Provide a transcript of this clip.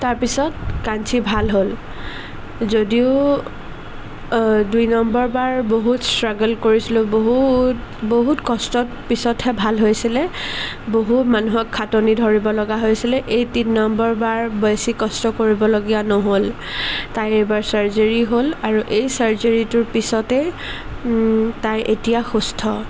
তাৰপিছত কাঞ্চী ভাল হ'ল যদিও দুই নম্বৰবাৰ বহুত ষ্ট্ৰাগোল কৰিছিলোঁ বহুত বহুত কষ্টৰ পিছতহে ভাল হৈছিলে বহুত মানুহক খাতনি ধৰিব লগা হৈছিলে এই তিনি নম্বৰবাৰ বেছি কষ্ট কৰিবলগীয়া নহ'ল তাইৰ এইবাৰ চাৰ্জাৰি হ'ল আৰু এই চাৰ্জাৰিটোৰ পিছতেই তাই এতিয়া সুস্থ